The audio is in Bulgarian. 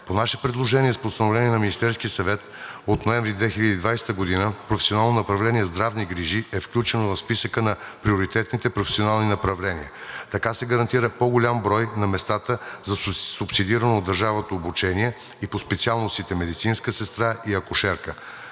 По наше предложение с Постановление на Министерския съвет от ноември 2020 г. професионално направление „Здравни грижи“ е включено в списъка на приоритетните професионални направления. Така се гарантира по-голям брой на местата за субсидирано от държавата обучение и по специалностите медицинска сестра и акушерка.